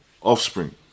offspring